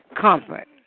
comfort